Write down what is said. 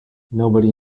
nobody